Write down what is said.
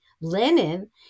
Lenin